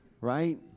right